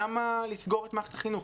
למה לסגור את מערכת החינוך?